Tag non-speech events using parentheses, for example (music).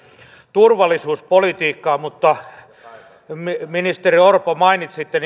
turvallisuuspolitiikkaa ministeri orpo mainitsitte (unintelligible)